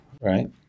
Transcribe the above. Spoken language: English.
Right